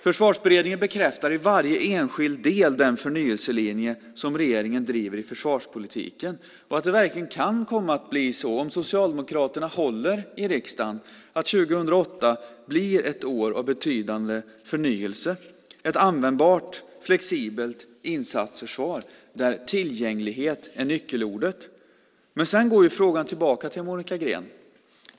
Försvarsberedningen bekräftar i varje enskild del den förnyelselinje som regeringen driver i försvarspolitiken. Det kan verkligen komma att bli så, om Socialdemokraterna håller i riksdagen, att 2008 blir ett år av betydande förnyelse och ett användbart, flexibelt insatsförsvar där tillgänglighet är nyckelordet. Men sedan går frågan tillbaka till Monica Green.